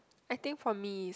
I think for me is